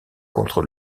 contre